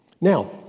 Now